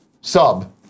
sub